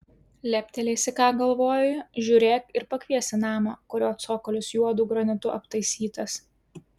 leptelėsi ką galvoji žiūrėk ir pakvies į namą kurio cokolis juodu granitu aptaisytas